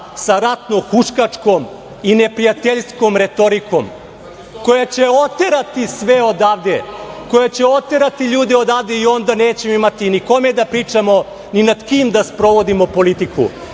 sa ratno-huškačkom i neprijateljskom retorikom, koja će oterati sve odavde, koja će oterati ljude odavde i onda nećemo imati ni kome da pričamo, ni nad kim da sprovodimo politiku. Vreme